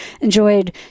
enjoyed